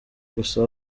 gusa